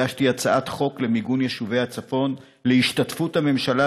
הגשתי הצעת חוק למיגון יישובי הצפון, השתתפות הממשלה